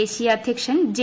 ദേശീയ അധ്യക്ഷൻ ജെ